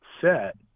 set